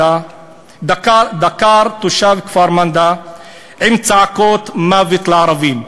דקר תושב כפר-מנדא בצעקות "מוות לערבים".